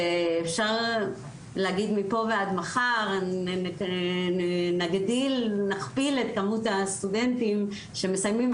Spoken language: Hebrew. אפשר להגיד מפה ועד מחר: נכפיל את כמות הסטודנטים שמסיימים,